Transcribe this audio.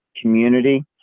community